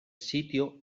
sitio